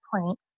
point